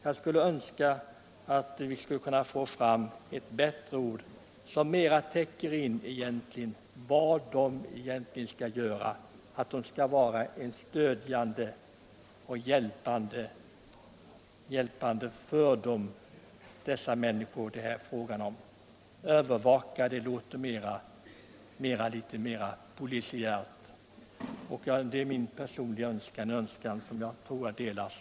Jag skulle alltså önska att vi kunde få fram ett bättre ord, som mera täcker vad de egentligen skall göra — stödja och hjälpa de människor Nr 117 det här är fråga om. Detta är min personliga önskan, som jag tror delas